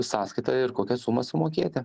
sąskaitą ir kokią sumą sumokėti